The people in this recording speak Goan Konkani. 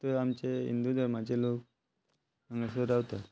तर आमचे हिंदू धर्माचे लोक हांगासर रावतात